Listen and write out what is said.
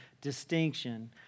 distinction